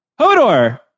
Hodor